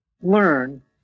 learn